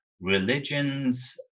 religions